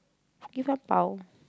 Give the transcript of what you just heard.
give ang-bao